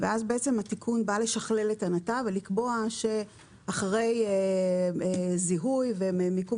ואז התיקון בא לשכלל את הנתב ולקבוע שאחרי זיהוי ומיקום